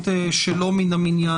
שלא מן המניין,